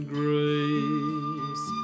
grace